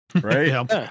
right